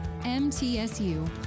MTSU